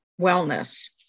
wellness